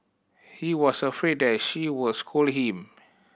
he was afraid that she was scold him